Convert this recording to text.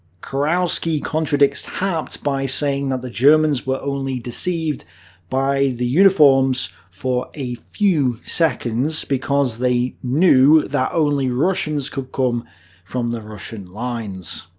kurowski contradicts haupt by saying that the germans were only deceived by the uniforms for a few seconds because they knew that only russians could come from the russian lines.